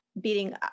beating